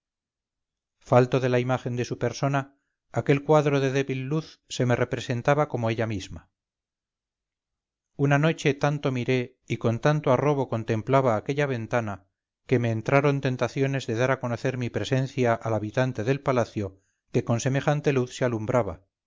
falto de la imagen de su persona aquel cuadro de débil luz se me representaba como ella misma una noche tanto miré y con tanto arrobo contemplaba aquella ventana que me entraron tentaciones de dar a conocer mi presencia al habitante del palacio que con semejante luz se alumbraba